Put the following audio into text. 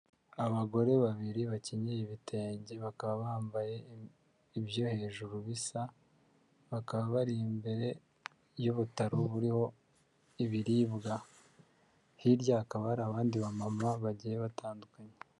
Abagore babiri bakenyeye ibitenge bakaba bambaye ibyo hejuru bisa, bakaba bari imbere y'ubutaro buriho ibiribwa, hirya hakaba hari abandi bamama bagiye batandukanye.